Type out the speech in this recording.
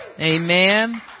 Amen